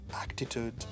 attitude